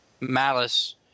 Malice